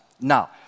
Now